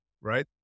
right